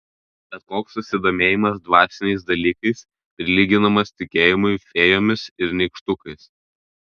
bet koks susidomėjimas dvasiniais dalykais prilyginamas tikėjimui fėjomis ir nykštukais